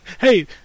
Hey